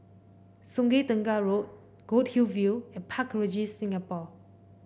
Sungei Tengah Road Goldhill View and Park Regis Singapore